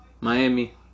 Miami